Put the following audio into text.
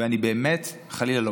הייתי בכיסאך, וזה כבוד גדול שאתה